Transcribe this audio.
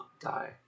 die